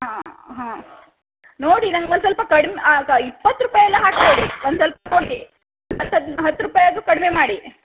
ಹಾಂ ಹಾಂ ನೋಡಿ ನಂಗೆ ಒಂದು ಸ್ವಲ್ಪ ಕಡಿಮೆ ಹಾಂ ಇಪ್ಪತ್ತು ರೂಪಾಯಿ ಎಲ್ಲ ಹಾಕಬೇಡಿ ಒಂದು ಸ್ವಲ್ಪ ನೋಡಿ ಹತ್ತು ಹತ್ತು ರೂಪಾಯಿ ಆದರೂ ಕಡಿಮೆ ಮಾಡಿ